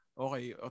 okay